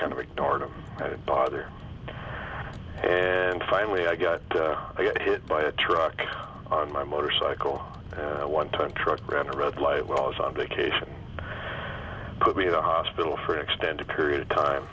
kind of ignored him bother and finally i got hit by a truck on my motorcycle one time truck ran a red light was on vacation put me in the hospital for an extended period of time